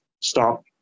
stop